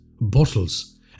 bottles